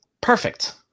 Perfect